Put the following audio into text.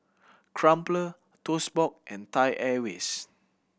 Crumpler Toast Box and Thai Airways